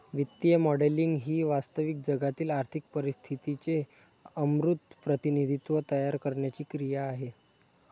वित्तीय मॉडेलिंग ही वास्तविक जगातील आर्थिक परिस्थितीचे अमूर्त प्रतिनिधित्व तयार करण्याची क्रिया आहे